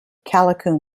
callicoon